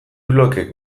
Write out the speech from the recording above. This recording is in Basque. blokeek